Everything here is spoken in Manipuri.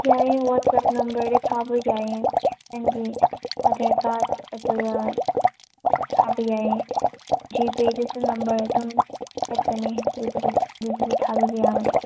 ꯌꯥꯏꯌꯦ ꯋꯥꯠꯆꯞ ꯅꯝꯕꯔꯗ ꯊꯥꯕ ꯌꯥꯏꯌꯦ ꯅꯪꯒꯤ ꯑꯥꯙꯥꯔ ꯀꯥꯔꯗ ꯑꯗꯨꯒ ꯊꯥꯕ ꯌꯥꯏꯌꯦ ꯖꯤꯄꯦꯗꯁꯨ ꯅꯝꯕꯔ ꯑꯗꯨꯝ ꯆꯠꯄꯅꯤ ꯑꯗꯨꯗꯁꯨ ꯊꯥꯕꯤꯕ ꯌꯥꯒꯅꯤ